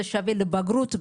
זה שווה לבגרות,